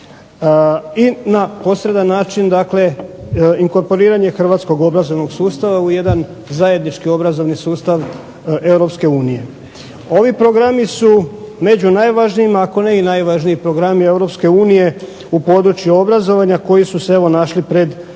i na posredan način dakle inkorporiranje hrvatskog obrazovnog sustava u jedan zajednički obrazovni sustav Europske unije. Ovi programi su među najvažnijima, ako ne i najvažniji programi Europske unije u području obrazovanja koji su se evo našli pred Hrvatskom,